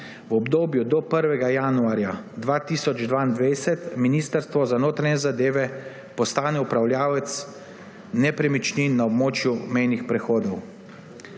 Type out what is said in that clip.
v obdobju do 1. januarja 2022 Ministrstvo za notranje zadeve postane upravljavec nepremičnin na območju mejnih prehodov.